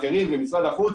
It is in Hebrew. עם משרד החוץ,